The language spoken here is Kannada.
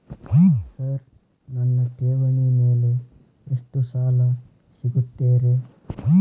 ಸರ್ ನನ್ನ ಠೇವಣಿ ಮೇಲೆ ಎಷ್ಟು ಸಾಲ ಸಿಗುತ್ತೆ ರೇ?